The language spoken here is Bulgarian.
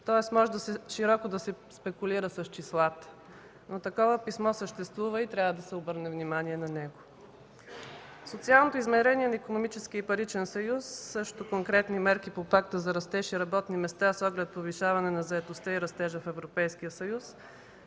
тоест може широко да се спекулира с числата, но такова писмо съществува и трябва да се обърне внимание на него. Социалното измерение на икономическия и паричен съюз срещу конкретни мерки по Пакта за растеж и работни места слага повишаване на заетостта и растежа в Европейския съюз.